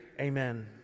Amen